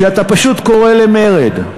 שאתה פשוט קורא למרד,